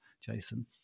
Jason